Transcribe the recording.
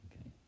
okay